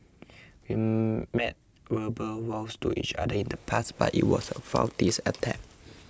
we made verbal vows to each other in the past but it was a futile attempt